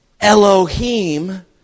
Elohim